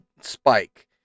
spike